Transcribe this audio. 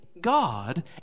God